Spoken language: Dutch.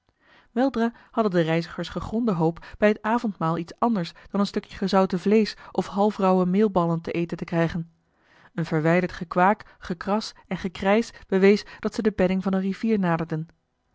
weldra hadden de reizigers gegronde hoop bij het avondmaal iets eli heimans willem roda anders dan een stukje gezouten vleesch of half rauwe meelballen te eten te krijgen een verwijderd gekwaak gekras en gekrijsch bewees dat ze de bedding van eene rivier naderden